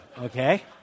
Okay